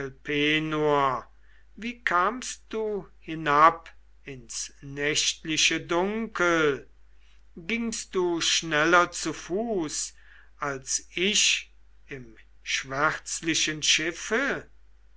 wie kamst du hinab ins nächtliche dunkel gingst du schneller zu fuß als ich im schwärzlichen schiffe